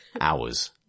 Hours